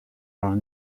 are